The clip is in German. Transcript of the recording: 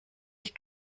ich